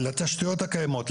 לתשתיות הקיימות,